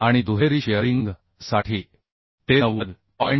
आणि दुहेरी शिअरिंग साठी ते 90